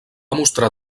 mostrar